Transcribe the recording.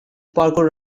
parkour